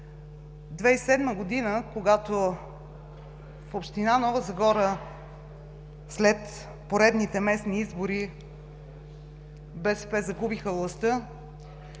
2007 г., когато в община Нова Загора след поредните местни избори БСП загубиха властта,